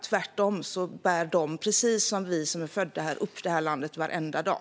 Tvärtom bär de precis som vi som är födda här upp det här landet varenda dag.